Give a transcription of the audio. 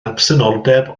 absenoldeb